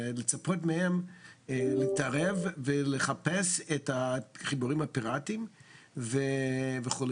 ולצפות מהם להתערב ולחפש את החיבורים הפיראטיים וכו'.